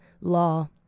law